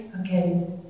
Okay